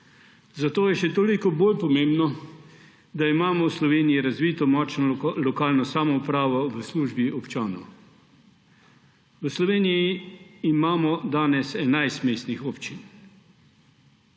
Zato je še toliko bolj pomembno, da imamo v Sloveniji razvito močno lokalno samoupravo v službi občanov. V Sloveniji imamo danes 11 mestnih občin.